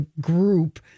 group